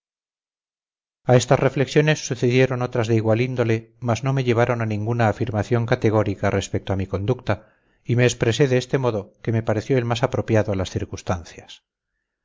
a estas reflexiones sucedieron otras de igual índole mas no me llevaron a ninguna afirmación categórica respecto a mi conducta y me expresé de este modo que me pareció el más apropiado a las circunstancias